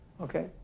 Okay